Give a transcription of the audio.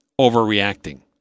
overreacting